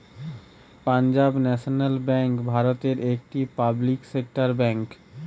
Punjab national bank ভারতের একটি public sector bank